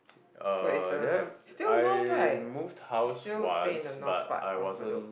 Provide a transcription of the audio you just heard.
uh then I moved house once but I wasn't